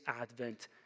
Advent